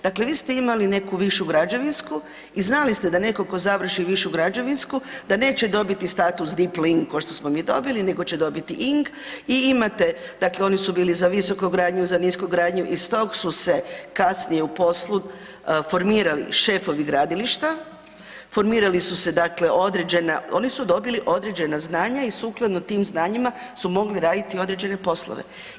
Dakle vi ste imali neku višu građevinsku i znali ste da netko tko završi višu građevinsku, da neće dobiti status dipl.ing. kao što smo mi dobili nego će dobiti ing. i imate, dakle oni su bili za visokogradnju, za niskogradnju, iz tog su se kasnije u poslu formirali šefovi gradilišta, formirali su se dakle određena, oni su dobili određena znanja i sukladno tim znanjima su mogli raditi određene poslove.